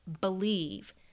believe